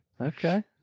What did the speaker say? Okay